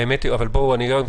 נכון.